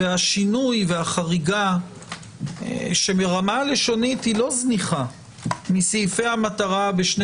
והשינוי והחריגה שברמה לשונית מסעיפי המטרה בשני